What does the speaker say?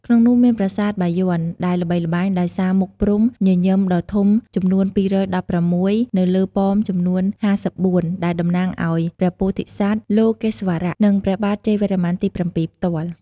ក្នុងនោះមានប្រាសាទបាយ័ន ដែលល្បីល្បាញដោយសារមុខព្រហ្មញញឹមដ៏ធំចំនួន ២១៦ នៅលើប៉មចំនួន ៥៤ ដែលតំណាងឱ្យព្រះពោធិសត្វលោកេស្វរៈ និងព្រះបាទជ័យវរ្ម័នទី ៧ ផ្ទាល់។